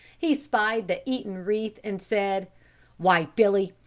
he spied the eaten wreath, and said why, billy,